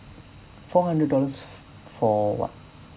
four hundred dollars f~ for what